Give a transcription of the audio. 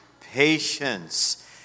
patience